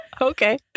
Okay